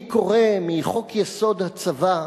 אני קורא מחוק-יסוד: הצבא,